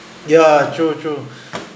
ya true true